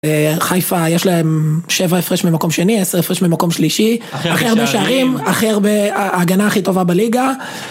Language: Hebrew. חיפה יש להם שבע הפרש ממקום שני, עשר הפרש ממקום שלישי, הכי הרבה שערים, הכי הרבה ההגנה הכי טובה בליגה.